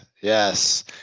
Yes